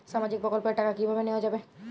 সামাজিক প্রকল্পের টাকা কিভাবে নেওয়া যাবে?